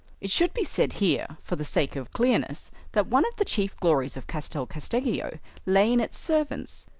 it should be said here, for the sake of clearness, that one of the chief glories of castel casteggio lay in its servants.